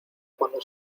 cuando